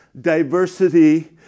diversity